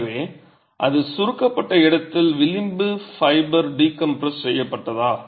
எனவே அது சுருக்கப்பட்ட இடத்தில் விளிம்பு ஃபைபர் டிகம்ப்ரஸ் செய்யப்பட்டது